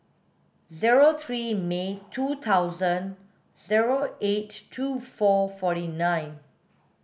zero three May two thousand zero eight two four forty nine